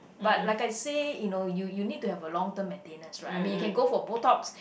but like I say you know you you need to have a long term maintenance right I mean you can go for botox